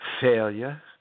failure